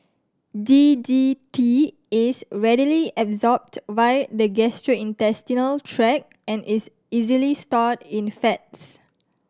D D T is readily absorbed via the gastrointestinal tract and is easily stored in fats